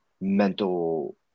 mental